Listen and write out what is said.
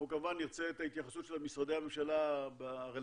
אנחנו כמובן נרצה את ההתייחסות של משרדי הממשלה הרלוונטיים,